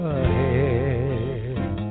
ahead